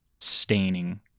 staining